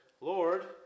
Lord